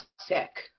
sick